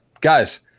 guys